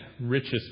richest